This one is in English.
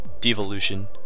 devolution